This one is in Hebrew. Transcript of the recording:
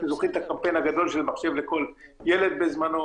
אתם חושבים את הקמפיין הגדול שיהיה מחשב לכל ילד בזמנו.